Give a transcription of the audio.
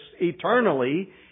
eternally